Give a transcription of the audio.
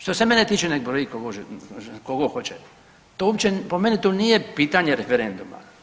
Što se mene tiče nek' broji tko god hoće, to uopće, po meni to nije pitanje referenduma.